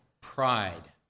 Pride